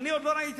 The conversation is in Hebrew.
אני עוד לא ראיתי,